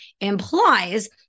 implies